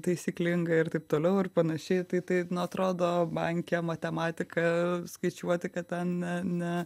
taisyklinga ir taip toliau ir panašiai tai tai atrodo banke matematika skaičiuoti kad ten ne ne